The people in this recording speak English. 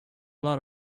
lot